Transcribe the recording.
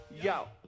Yo